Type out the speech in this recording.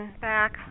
back